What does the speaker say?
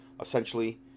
essentially